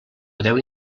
podeu